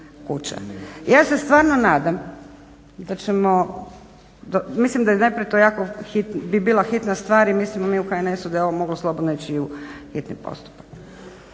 Ja se stvarno nadam da ćemo, mislim da je najprije to jako hitno, bi bila hitna stvar i mislimo mi u HNS-u da je ovo moglo slobodno ići i u hitni postupak,